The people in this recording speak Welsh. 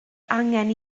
angen